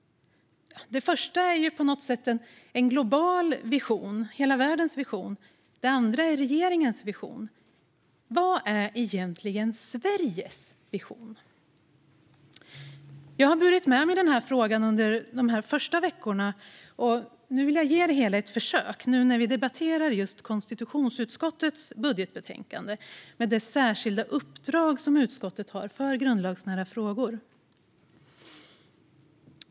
Det första är ju på något sätt hela världens vision, och det andra är regeringens vision. Vad är egentligen Sveriges vision? Jag har burit med mig den frågan under de här första veckorna och vill ge det hela ett försök nu när vi debatterar just budgetbetänkandet från konstitutionsutskottet, med sitt särskilda uppdrag när det gäller grundlagsnära frågor.